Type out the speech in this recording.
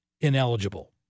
ineligible